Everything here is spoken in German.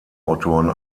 autoren